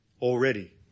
already